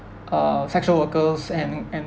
uh sexual workers and and